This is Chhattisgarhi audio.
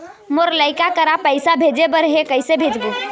मोर लइका करा पैसा भेजें बर हे, कइसे भेजबो?